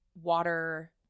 water